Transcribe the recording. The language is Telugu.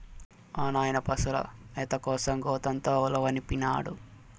మా నాయన పశుల మేత కోసం గోతంతో ఉలవనిపినాడు